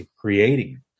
creating